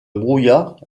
brouillard